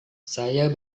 saya